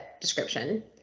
description